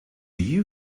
you